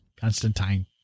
Constantine